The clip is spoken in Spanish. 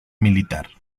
militar